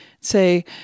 say